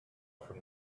from